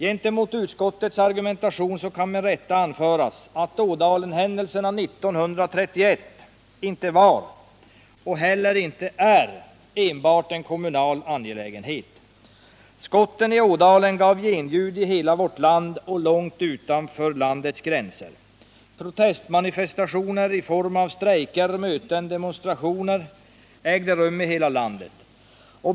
Gentemot utskottets argumentation kan med rätta anföras, att Ådalenhändelserna 1931 inte var och heller inte är enbart en kommunal angelägenhet. Skotten i Ådalen gav genljud i hela vårt land och långt utanför dess gränser. Protestmanifestationer i form av strejker, möten och demonstrationer ägde rum i hela landet.